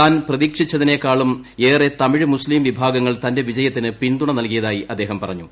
താൻ പ്രതീക്ഷിച്ചതിനേക്കാളും ഏറെ തമിഴ് മുസ്ലീം വിഭാഗങ്ങൾ തന്റെ വിജയത്തിന് പിന്തുണ നൽകിയതായി അദ്ദേഹം പറഞ്ഞു